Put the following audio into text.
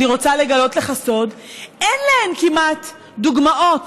אני רוצה לגלות לך סוד: אין להן כמעט דוגמאות